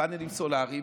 פאנלים סולריים,